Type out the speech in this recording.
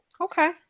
okay